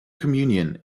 communion